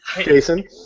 Jason